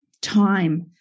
time